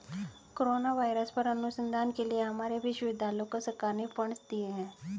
corona virus पर अनुसंधान के लिए हमारे विश्वविद्यालय को सरकार ने फंडस दिए हैं